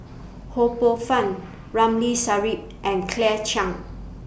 Ho Poh Fun Ramli Sarip and Claire Chiang